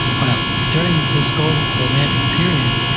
well, during this golden romantic period,